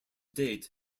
date